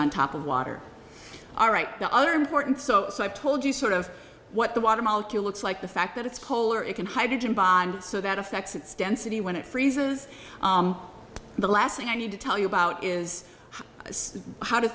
on top of water all right the other important so so i told you sort of what the water molecule looks like the fact that it's coal or it can hydrogen bond so that affects its density when it freezes the last thing i need to tell you about is how